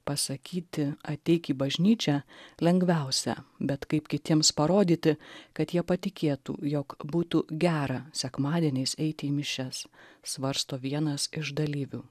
pasakyti ateik į bažnyčią lengviausia bet kaip kitiems parodyti kad jie patikėtų jog būtų gera sekmadieniais eiti į mišias svarsto vienas iš dalyvių